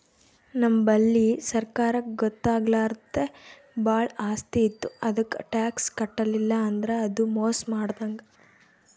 ನಮ್ ಬಲ್ಲಿ ಸರ್ಕಾರಕ್ಕ್ ಗೊತ್ತಾಗ್ಲಾರ್ದೆ ಭಾಳ್ ಆಸ್ತಿ ಇತ್ತು ಅದಕ್ಕ್ ಟ್ಯಾಕ್ಸ್ ಕಟ್ಟಲಿಲ್ಲ್ ಅಂದ್ರ ಅದು ಮೋಸ್ ಮಾಡಿದಂಗ್